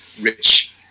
rich